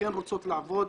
כן רוצות לעבוד.